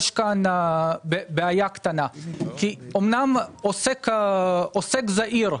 יש כאן בעיה קטנה: אמנם עוסק זעיר,